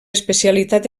especialitat